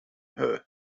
her